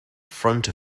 front